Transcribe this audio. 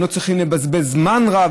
הם לא צריכים לבזבז זמן רב,